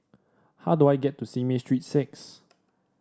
how do I get to Simei Street Six